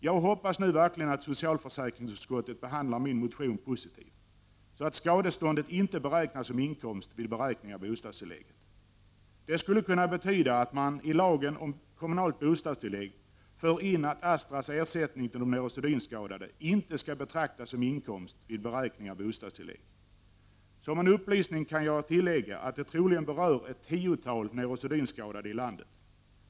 Jag hoppas nu verkligen att socialförsäkringsutskottet behandlar min mo = Prot. 1989/90:8 tion positivt, så att skadeståndet inte räknas som inkomst vid beräkning av 12 oktober 1989 bostadstillägget. Det skulle kunna betyda att man, i lagen om kommunalt. = 33 = ed bostadstillägg, för in att Astras ersättning till de neurosedynskadade inte skall betraktas som inkomst vid beräkning av bostadstillägg. Som en upplysning kan jag tillägga att det troligen berör ett tiotal neurosedynskadade i landet.